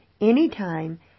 anytime